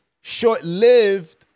short-lived